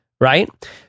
right